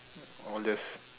or just